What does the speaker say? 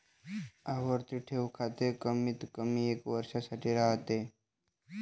आवर्ती ठेव खाते कमीतकमी एका वर्षासाठी राहते